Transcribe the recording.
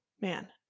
man